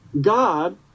God